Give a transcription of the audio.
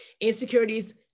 Insecurities